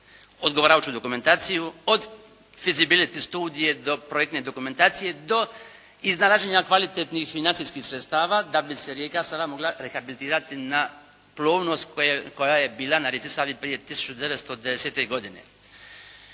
odgovarajuću dokumentaciju od fisibility studije do projektne dokumentacije, do iznalaženja kvalitetnih financijskih sredstava da bi se rijeka Sava mogla rehabilitirati na plovnost koja je bila na rijeci Savi prije 1910. godine.